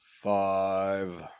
five